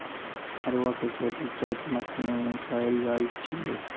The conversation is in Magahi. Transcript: मरुआ के खेती चैत मासमे कएल जाए छै